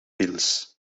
pils